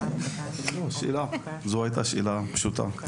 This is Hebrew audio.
זו הייתה שאלה פשוטה.